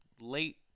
late